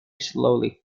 slowly